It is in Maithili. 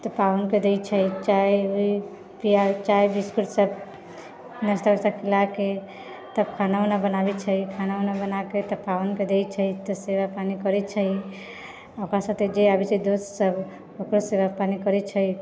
तऽ पाहुनके दै छै चाय वुइ पिआ चाय बिस्कुट सब नाश्ता वास्ता खिलाइके तब खाना वाना बनाबै छै खाना वाना बनाकऽ तब पाहुनके दै छै सेवा पानि करै छै ओकरा साथे जे आबै छै दोस्त सब ओकरो सेवा पानि करै छै